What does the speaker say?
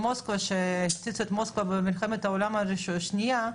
כשהפציצו את מוסקבה במלחמת העולם השנייה,